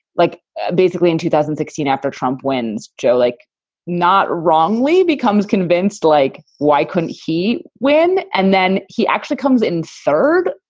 like basically in two thousand and sixteen, after trump wins, joe like not wrongly becomes convinced. like, why couldn't he win? and then he actually comes in third.